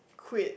quit